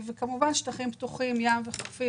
וכמובן ים וחופים,